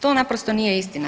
To naprosto nije istina.